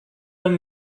and